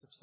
Det